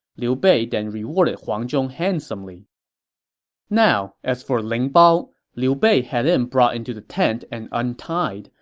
liu bei then rewarded huang zhong handsomely now, as for ling bao, liu bei had him brought into the tent and untied,